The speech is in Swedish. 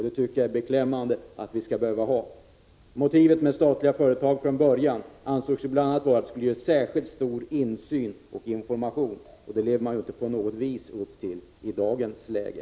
Det är beklämmande att vi skall behöva ha sådant. Motivet för statliga företag ansågs ju från början bl.a. vara att ge särskilt stor insyn och information, och det lever man inte på något vis upp till i dagens läge.